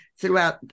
throughout